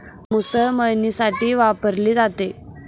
मुसळ मळणीसाठी वापरली जाते